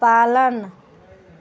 पालन